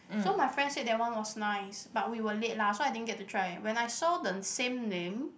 so my friend said that one was nice but we were late lah so I didn't get to try when I saw the same name